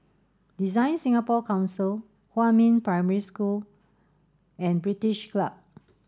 Design Singapore Council Huamin Primary School and British Club